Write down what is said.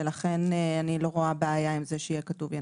ולכן אני לא רואה בעיה עם זה שיהיה כתוב "ינכה".